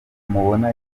mubona